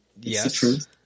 Yes